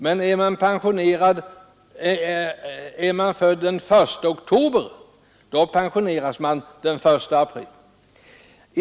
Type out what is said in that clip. Den andre, som är född den 1 oktober, pensioneras däremot den 1 april.